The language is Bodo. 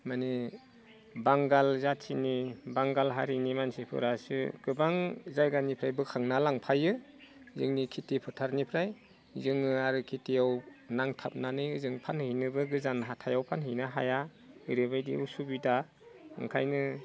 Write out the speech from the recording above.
माने बांगाल जाथिनि बांगाल हारिनि मानसिफोरासो गोबां जायगानिफ्राय बोखांना लांफायो जोंनि खेथि फोथारनिफ्राय जोङो आरो खेथिआव नांथाबनानै जों फानहैनोबो गोजान हाथायाव फानहैनो हाया जेरैबायदि उसुबिदा ओंखायनो